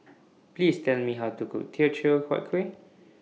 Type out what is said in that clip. Please Tell Me How to Cook Teochew Huat Kueh